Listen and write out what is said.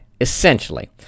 essentially